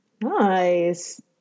Nice